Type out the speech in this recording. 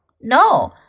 No